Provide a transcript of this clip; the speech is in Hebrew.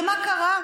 ומה קרה?